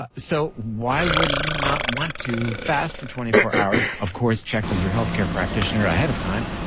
ah so why would you not want to fast for twenty four hours? of course, check with your healthcare practitioner ahead of time,